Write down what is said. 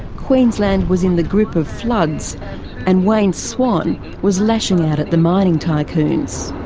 queensland was in the grip of floods and wayne swan was lashing out at the mining tycoons.